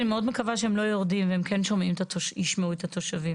אני מאוד מקווה שהם לא יורדים והם כן ישמעו את התושבים.